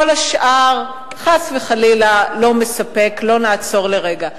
כל השאר חס וחלילה לא מספק, לא נעצור לרגע.